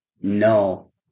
No